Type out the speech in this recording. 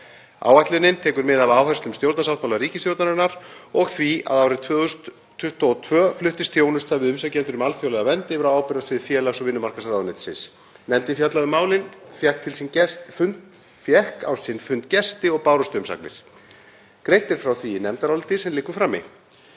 Áætlunin tekur mið af áherslum stjórnarsáttmála ríkisstjórnarinnar og því að árið 2022 fluttist þjónusta við umsækjendur um alþjóðlega vernd yfir á ábyrgðarsvið félags- og vinnumarkaðsráðuneytisins. Nefndin fjallaði um málið, fékk á sinn fund gesti og bárust umsagnir. Greint er frá því í nefndaráliti sem liggur frammi.